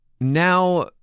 now